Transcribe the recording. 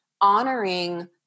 honoring